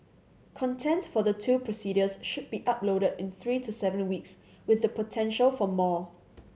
content for the two procedures should be uploaded in three to seven weeks with the potential for more